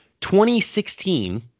2016